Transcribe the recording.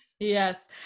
Yes